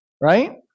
right